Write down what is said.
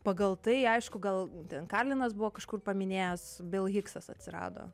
pagal tai aišku gal ten karlinas buvo kažkur paminėjęs bill hiksas atsirado